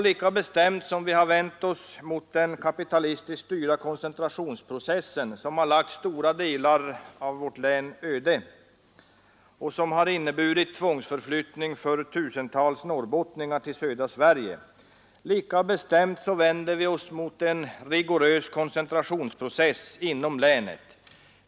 Lika bestämt som vi vänt oss mot den kapitalistiskt styrda koncentrationsprocessen som lagt stora delar av vårt län öde och som inneburit tvångsförflyttning för tusentals norrbottningar till södra Sverige, lika bestämt vänder vi oss mot en rigorös koncentrationsprocess inom länet.